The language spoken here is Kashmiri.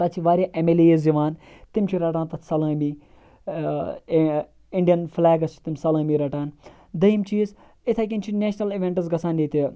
تَتہِ چھِ واریاہ ایم ایل ایز یِوان تِم چھِ رَٹان تَتھ سَلٲمی اِنڈیَن فلیگَس چھِ تِم سَلٲمی رَٹان دوٚیِم چیٖز اِتھے کنۍ چھِ نیشنَل اِویٚنٹٕس گَژھان ییٚتہِ